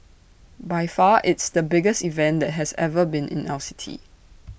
by far it's the biggest event that has ever been in our city